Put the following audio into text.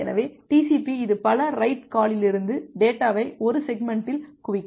எனவே TCP இது பல ரைட் காலிலிருந்து டேட்டாவை ஒரு செக்மெண்ட்டில் குவிக்கும்